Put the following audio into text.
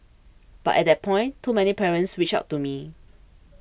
but at that point too many parents reached out to me